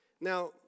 Now